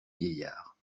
vieillards